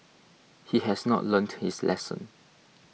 he has not learnt to his lesson